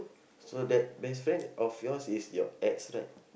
so that best friend of yours is your ex right